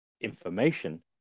information